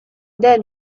then